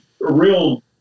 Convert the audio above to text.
real